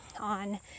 on